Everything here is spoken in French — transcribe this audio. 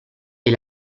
est